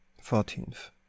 fourteenth